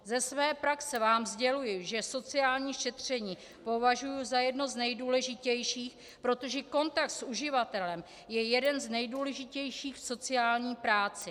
Ze své praxe vám sděluji, že sociální šetření považuji za jedno z nejdůležitějších, protože kontakt s uživatelem je jeden z nejdůležitějších v sociální práci.